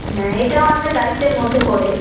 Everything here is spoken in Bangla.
হ্যাঁ এটাও আমাদের দায়িত্বের মধ্যে পড়ে